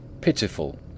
Pitiful